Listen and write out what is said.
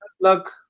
luck